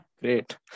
Great